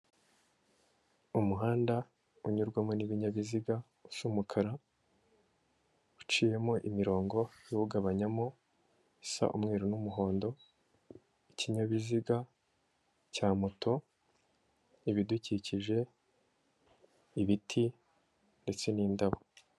Umuhanda unyurwamo n'ibinyabiziga usa umukara uciyemo imirongo iwugabanyamo isa umweru n'umuhondo ikinyabiziga cya moto ibidukikije ibiti ndetse n'indabo.